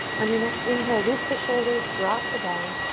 on your next inhale, loop the shoulders, drop the belly,